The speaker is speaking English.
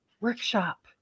workshop